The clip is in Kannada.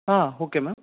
ಹಾಂ ಹೋಕೆ ಮ್ಯಾಮ್